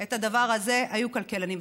את הדבר הזה היו כלכלנים.